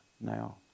now